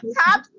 top